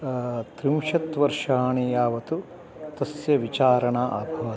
त्रिंशत्वर्षाणि यावत् तस्य विचारणा अभवत्